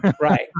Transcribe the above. Right